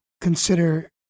consider